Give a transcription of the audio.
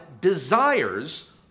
desires